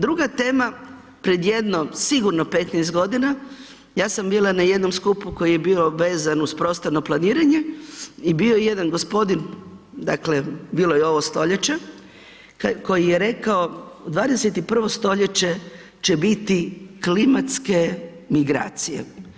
Druga tema pred jedno sigurno 15 godina, ja sam bila na jednom skupu koji je bio vezan uz prostorno planiranje i bio je jedan gospodin, dakle, bilo je ovo stoljeće, koji je rekao, 21. st. će biti klimatske migracije.